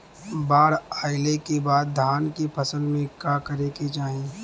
बाढ़ आइले के बाद धान के फसल में का करे के चाही?